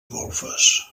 golfes